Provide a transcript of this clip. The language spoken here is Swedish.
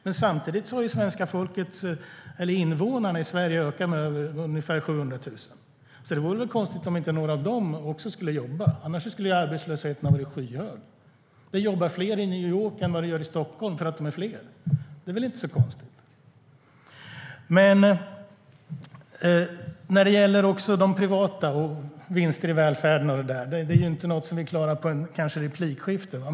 Men samtidigt har antalet invånare i Sverige ökat med ungefär 700 000, så det vore väl konstigt om inte också några av dem skulle jobba. Annars skulle arbetslösheten ha varit skyhög. Det jobbar fler i New York än vad det gör i Stockholm därför att de är fler. Det är väl inte så konstigt.Frågorna om de privata och vinsterna i välfärden är inte något som vi klarar under ett replikskifte.